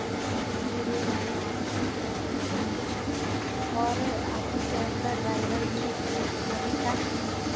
इसीलिए मैंने आपकी कैब बुक की हूँ और आपकी कैब का ड्राइवर भी अभी तक